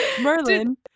Merlin